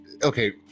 okay